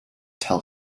tell